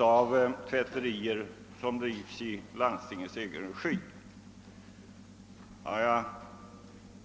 av tvätterier som drivs i landstingens egen regi.